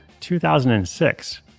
2006